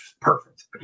perfect